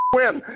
win